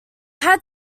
had